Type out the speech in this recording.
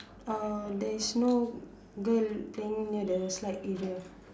uh there is no girl playing near the slide area